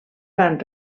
van